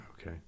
Okay